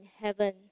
heaven